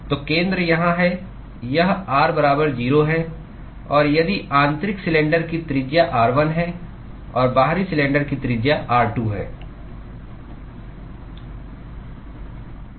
तो केंद्र यहाँ है यह r बराबर 0 है और यदि आंतरिक सिलेंडर की त्रिज्या r1 है और बाहरी सिलेंडर की त्रिज्या r2 है